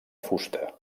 fusta